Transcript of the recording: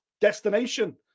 destination